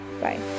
Bye